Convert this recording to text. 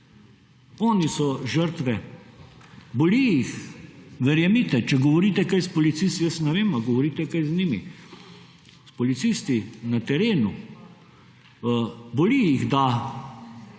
Oni so žrtve, boli jih, verjemite, če govorite kaj s policisti. Jaz ne vem, a govorite kaj z njimi. S policisti na terenu. Boli jih, da